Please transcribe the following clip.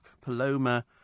Paloma